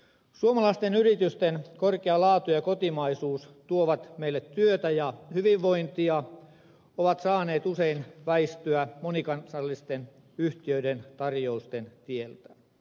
suomalaisten yritysten korkea laatu ja kotimaisuus tuovat meille työtä ja hyvinvointia mutta ne ovat saaneet usein väistyä monikansallisten yhtiöiden tarjousten tieltä